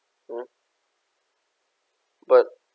mm but